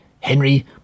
Henry